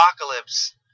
apocalypse